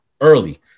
early